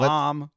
mom